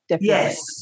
yes